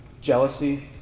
jealousy